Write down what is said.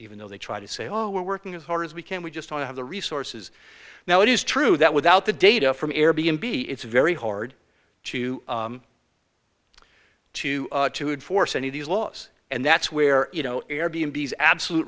even though they try to say oh we're working as hard as we can we just don't have the resources now it is true that without the data from air b n b it's very hard to to force any of these laws and that's where you know air b and b s absolute